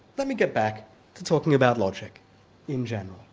let me get back to talking about logic in general